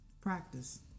practice